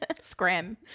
scram